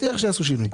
בטוח שיעשו שינוי.